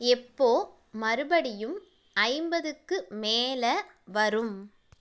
எப்போது மறுபடியும் ஐம்பதுக்கு மேலே வரும்